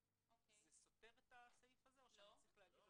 זה סותר את הסעיף הזה או שאני צריך --- לא.